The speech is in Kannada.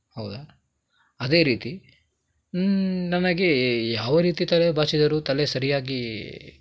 ಹೌದಾ ಅದೇ ರೀತಿ ನನಗೆ ಯಾವ ರೀತಿ ತಲೆ ಬಾಚಿದರೂ ತಲೆ ಸರಿಯಾಗಿ